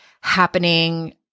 happening